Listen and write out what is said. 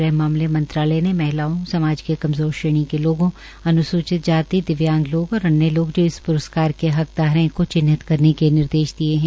ग़ह मंत्रालय ने महिलाओं समाज के कमजोर श्रेणी के लोगों अन्सूचित जाति दिव्यांग लोग और अन्य लोग जो इस प्रस्कार के हकदार है को चिहिन्त करने के निर्देश दिए है